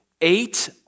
eight